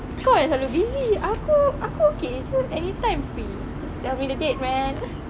kau yang selalu busy aku aku okay jer anytime free just tell me the date man